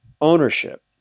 ownership